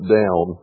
down